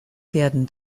werden